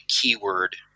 keyword